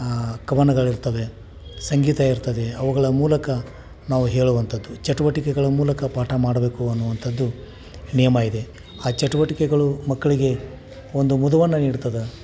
ಕವನಗಳಿರ್ತವೆ ಸಂಗೀತ ಇರ್ತದೆ ಅವುಗಳ ಮೂಲಕ ನಾವು ಹೇಳುವಂಥದ್ದು ಚಟುವಟಿಕೆಗಳ ಮೂಲಕ ಪಾಠ ಮಾಡಬೇಕು ಅನ್ನುವಂಥದ್ದು ನಿಯಮ ಇದೆ ಆ ಚಟುವಟಿಕೆಗಳು ಮಕ್ಕಳಿಗೆ ಒಂದು ಮುದವನ್ನು ನೀಡ್ತದೆ